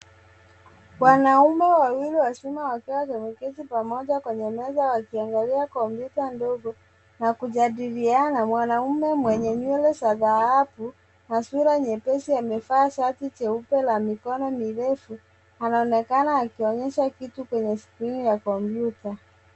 Wanaume wawili wazima wakiwa wameketi pamoja kwenye meza wakiangalia kompyuta ndogo na kujadiliana. Mwanaume mwenye nywele za dhahabu na sura nyepesi amevaa shati la mikono mirefu anaonekana akionyesha kiti kwenye skrini ya kompyuta.